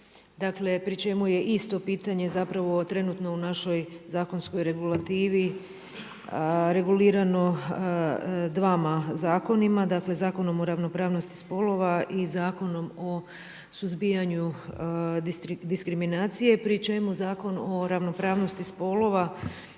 dakle pri čemu je isto pitanje zapravo trenutno u našoj zakonskoj regulativi regulirano dvama zakonima. Dakle Zakonom o ravnopravnosti spolova i Zakonom o suzbijanju diskriminacije pri čemu Zakon o ravnopravnosti spolova